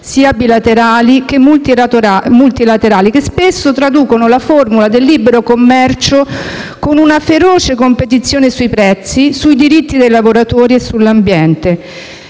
sia bilaterali che multilaterali, che spesso traducono la formula del libero commercio con una feroce competizione sui prezzi, sui diritti dei lavoratori e sull'ambiente.